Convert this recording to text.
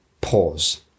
pause